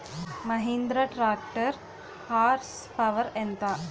Mahindra tractor horse power ఎంత?